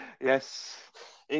Yes